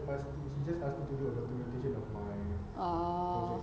orh